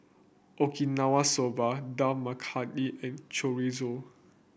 Okinawa Soba Dal Makhani and Chorizo